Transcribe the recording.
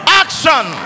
action